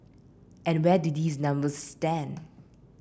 and where do these numbers stand